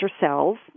cells